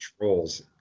Trolls